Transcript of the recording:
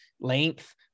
length